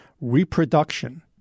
reproduction